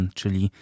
czyli